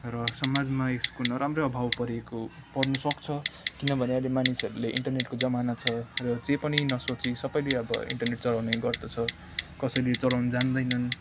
र समाजमा यसको नराम्रो प्रभाव परेको पर्नुसक्छ किनभने अहिले मानिसहरूले इन्टरनेटको जमाना छ र जे पनि नसोची सबैले अब इन्टरनेट चलाउने गर्दछ कसैले चलाउनु जान्दैनन्